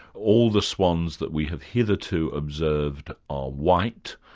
all the swans that we have hitherto observed are white,